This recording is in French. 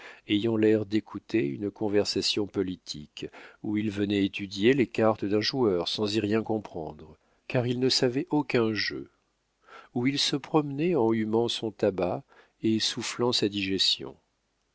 ayant l'air d'écouter une conversation politique ou il venait étudier les cartes d'un joueur sans y rien comprendre car il ne savait aucun jeu ou il se promenait en humant son tabac et soufflant sa digestion